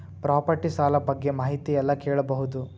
Property ಸಾಲ ಬಗ್ಗೆ ಮಾಹಿತಿ ಎಲ್ಲ ಕೇಳಬಹುದು?